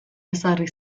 ezarri